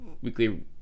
weekly